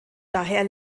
daher